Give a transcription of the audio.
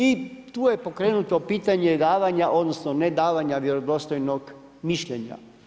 I tu je pokrenuto pitanje davanja, odnosno nedavanja vjerodostojnog mišljenja.